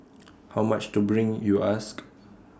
how much to bring you ask